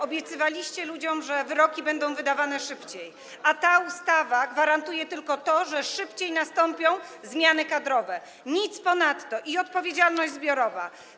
Obiecywaliście ludziom, że wyroki będą wydawane szybciej, a ta ustawa gwarantuje tylko to, że szybciej nastąpią zmiany kadrowe, nic ponadto, i że będzie odpowiedzialność zbiorowa.